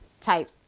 type